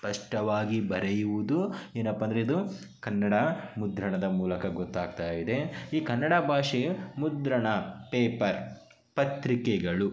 ಸ್ಪಷ್ಟವಾಗಿ ಬರೆಯುವುದು ಏನಪ್ಪಾ ಅಂದರೆ ಇದು ಕನ್ನಡ ಮುದ್ರಣದ ಮೂಲಕ ಗೊತ್ತಾಗ್ತಾಯಿದೆ ಈ ಕನ್ನಡ ಭಾಷೆ ಮುದ್ರಣ ಪೇಪರ್ ಪತ್ರಿಕೆಗಳು